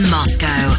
Moscow